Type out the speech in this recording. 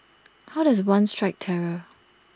how does one strike terror